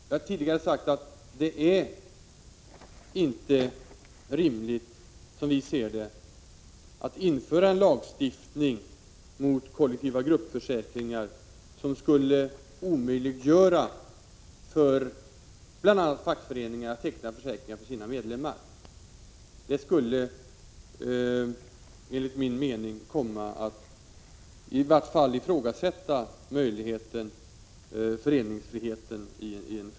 Som jag tidigare sagt anser vi att det inte är rimligt att införa en lagstiftning mot kollektiva gruppförsäkringar, som skulle omöjliggöra för bl.a. fackföreningar att teckna försäkringar för sina medlemmar. Det skulle enligt min mening innebära att man ifrågasätter föreningsfriheten.